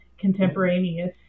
contemporaneous